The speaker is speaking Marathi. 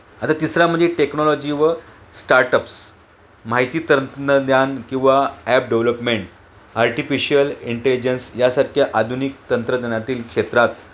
आता तिसरा म्हणजे टेक्नॉलॉजी व स्टार्टअप्स माहिती तंत्रज्ञान किंवा ॲप डेव्हलपमेंट आर्टिफिशयल इंटेलिजन्स यासारख्या आधुनिक तंत्रज्ञानातील क्षेत्रात